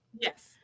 Yes